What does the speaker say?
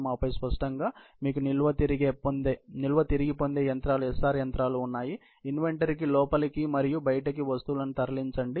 ఆపై స్పష్టంగా మీకు నిల్వ తిరిగి పొందే యంత్రాలు SR యంత్రాలు ఉన్నాయి ఇన్వెంటరీ లోపలకి మరియు బయటకి వస్తువులను తరలించండి